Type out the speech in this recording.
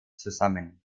zusammen